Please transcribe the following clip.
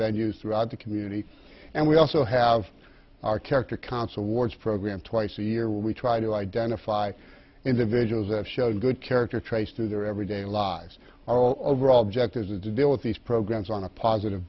venues throughout the community and we also have our character console wars program twice a year where we try to identify individuals that show good character traits to their everyday lives all over object is to deal with these programs on a positive